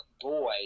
boy